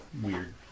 weird